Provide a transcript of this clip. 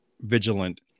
vigilant